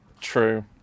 True